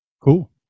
Cool